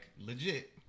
legit